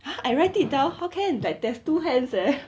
!huh! I write it down how can like there's two hands leh